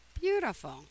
Beautiful